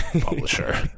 publisher